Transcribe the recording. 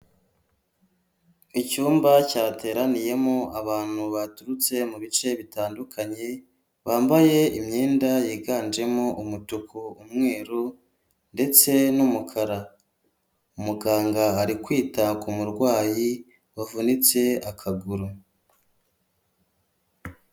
Icyumba cyateraniyemo abantu baturutse mu bice bitandukanye, bambaye imyenda yiganjemo umutuku, umweru ndetse n'umukara. Muganga ari kwita ku murwayi, wavunitse akaguru.